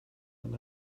man